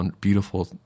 beautiful